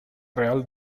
real